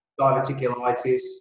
diverticulitis